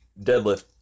deadlift